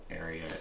area